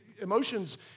emotions